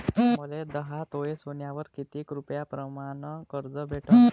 मले दहा तोळे सोन्यावर कितीक रुपया प्रमाण कर्ज भेटन?